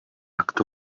act